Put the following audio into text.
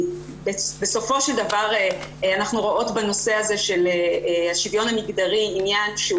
בסופו של דבר אנחנו רואות בנושא הזה של השוויון המגדרי עניין שהוא